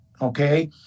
Okay